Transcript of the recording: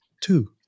Two